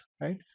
right